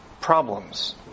problems